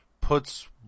puts